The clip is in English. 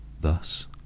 thus